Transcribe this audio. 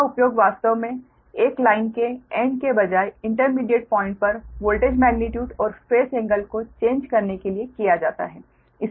इनका उपयोग वास्तव में एक लाइन के एंड के बजाय इंटरमिडीएट पॉइंट पर वोल्टेज मेग्नीट्यूड और फेस एंगल को चेंज करने के लिए किया जाता है